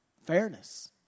fairness